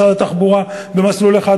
משרד התחבורה במסלול אחד,